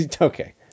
Okay